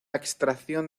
extracción